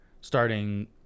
starting